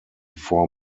four